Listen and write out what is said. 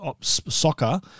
soccer